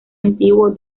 antiguo